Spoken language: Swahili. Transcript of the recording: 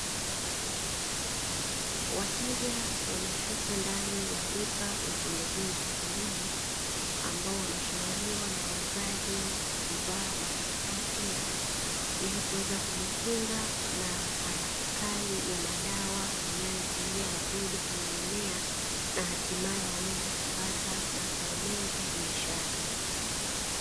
Wateja wamefika ndani ya duka la pembejeo za kilimo, ambao wameshauriwa na wauzaji kuvaa barakoa pia, ili kuweza kujikinga na harufu kali ya madawa yanayo zuia wadudu kwenye mimea, na hatimaye waweze kupata mazao mengi ya biashara.